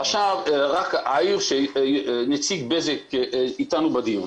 עכשיו, נציג בזק איתנו בדיון